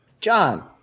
john